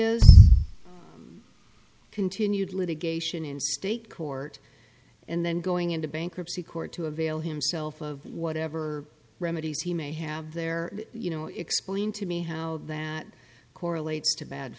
has continued litigation in state court and then going into bankruptcy court to avail himself of whatever remedies he may have there you know explain to me how that correlates to bad